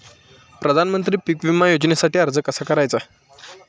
प्रधानमंत्री पीक विमा योजनेसाठी अर्ज कसा करायचा?